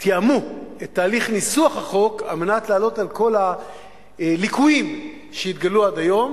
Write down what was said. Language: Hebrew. תיאמו את תהליך ניסוח החוק כדי לעלות על כל הליקויים שהתגלו עד היום.